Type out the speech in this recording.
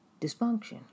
dysfunction